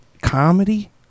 comedy